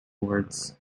words